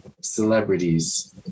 celebrities